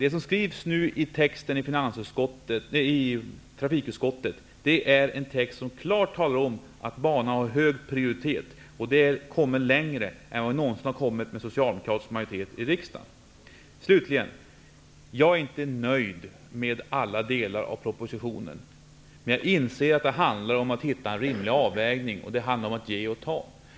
Trafikutskottets skrivning på den här punkten visar klart att banan har hög prioritet, och banan har kommit längre än vad den någonsin hade gjort med en socialdemokratisk majoritet i riksdagen. Jag är inte nöjd med alla delar av propositionen. Jag inser att det handlar om att hitta en rimlig avvägning och om att ge och ta.